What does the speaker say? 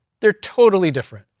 they're totally different,